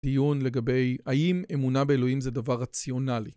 דיון לגבי, "האם אמונה באלוהים זה דבר רציונלי?"